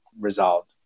resolved